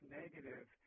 negative